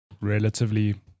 relatively